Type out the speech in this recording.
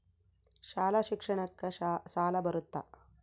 ಶಾಲಾ ಶಿಕ್ಷಣಕ್ಕ ಸಾಲ ಬರುತ್ತಾ?